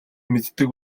мэддэг